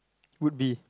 would be